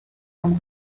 vom